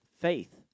faith